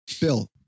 Bill